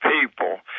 people